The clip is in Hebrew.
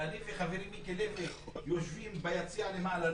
ואני וחברי מיקי לוי יושבים ביציע למעלה,